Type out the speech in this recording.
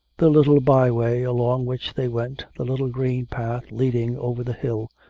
the little by way along which they went, the little green path leading over the hill,